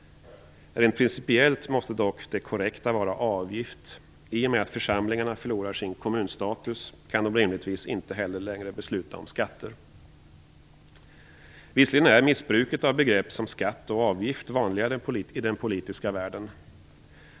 Rent principiellt måste dock den korrekta beteckningen vara avgift. I och med att församlingarna förlorar sin kommunstatus kan de rimligtvis inte heller längre besluta om skatter. Visserligen är missbruket av begrepp som skatt och avgift vanliga i den politiska världen.